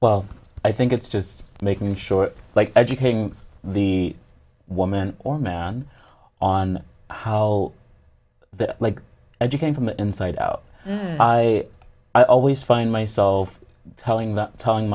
well i think it's just making sure like educating the woman or man on how that like educating from the inside out i always find myself telling t